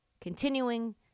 continuing